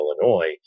Illinois